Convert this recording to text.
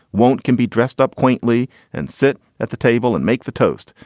won't can be dressed up quaintly and sit at the table and make the toast.